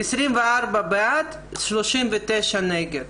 24 בעד, 39 נגד.